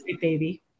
baby